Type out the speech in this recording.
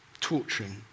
torturing